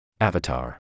Avatar